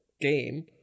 game